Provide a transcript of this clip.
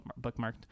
bookmarked